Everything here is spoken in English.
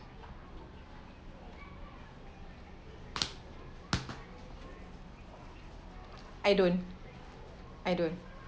I don't I don't